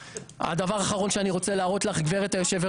הדבר האחרון שאני רוצה להראות לך גברת יושבת